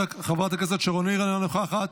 חברת הכנסת שרון ניר, אינה נוכחת,